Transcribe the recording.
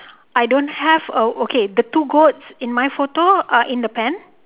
I don't have uh okay the two goats in my photo are in the pen